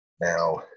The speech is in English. Now